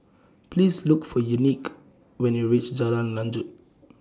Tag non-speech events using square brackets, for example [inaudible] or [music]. Please Look For Unique when YOU REACH Jalan Lanjut [noise]